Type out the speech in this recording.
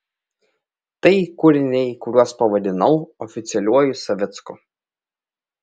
tai kūriniai kuriuos pavadinau oficialiuoju savicku